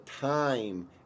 time